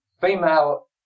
female